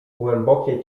głębokie